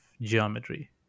geometry